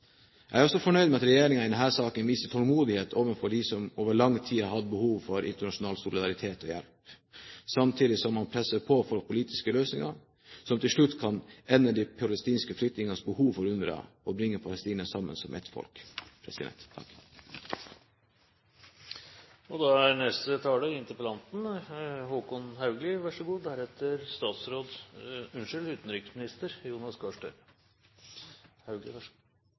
Jeg er også fornøyd med at regjeringen i denne saken viser tålmodighet overfor dem som over lang tid har hatt behov for internasjonal solidaritet og hjelp, samtidig som man presser på for politiske løsninger, som til slutt kan få en slutt på de palestinske flyktningers behov for UNRWA og bringe palestinerne sammen som ett folk. Først vil jeg takke for en god debatt. Utenriksministeren brukte begrepet «livline» om UNRWAs rolle for palestinske flyktninger, og det er